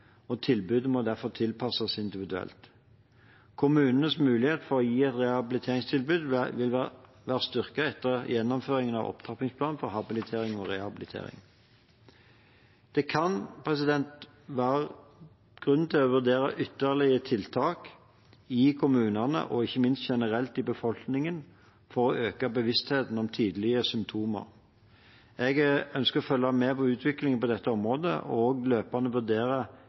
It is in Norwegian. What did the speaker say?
og tilbudet må derfor tilpasses individuelt. Kommunenes mulighet for å gi et rehabiliteringstilbud vil være styrket etter gjennomføringen av opptrappingsplanen for habilitering og rehabilitering. Det kan være grunn til å vurdere ytterligere tiltak i kommunene og ikke minst generelt i befolkningen for å øke bevisstheten om tidlige symptomer. Jeg ønsker å følge med på utviklingen på dette området og løpende vurdere